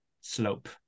slope